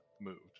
moved